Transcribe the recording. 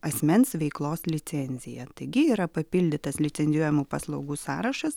asmens veiklos licenziją taigi yra papildytas licenzijuojamų paslaugų sąrašas